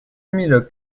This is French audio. mille